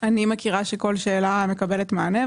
אני מכירה שכל שאלה מקבלת מענה.